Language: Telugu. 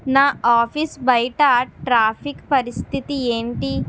నా ఆఫీస్ బయట ట్రాఫిక్ పరిస్థితి ఏంటి